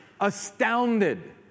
Astounded